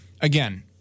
again